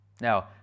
Now